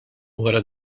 wara